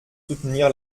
soutenir